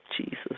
Jesus